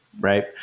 right